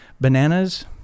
Bananas